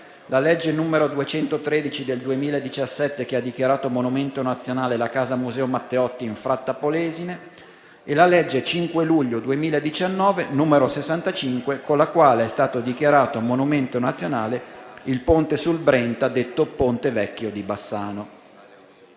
la legge n. 213 del 2017 che ha dichiarato monumento nazionale la casa museo Matteotti a Fratta Polesine e la legge 5 luglio 2019, n. 65, con la quale è stato dichiarato monumento nazionale il ponte sul Brenta, detto Ponte vecchio di Bassano.